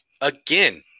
again